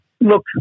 look